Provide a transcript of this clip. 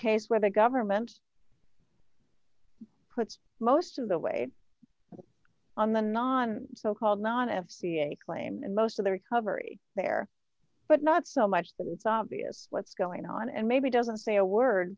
case where the government puts most of the way on the non so called not f c a claim in most of the recovery there but not so much that it's obvious what's going on and maybe doesn't say a word